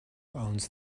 owns